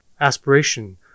aspiration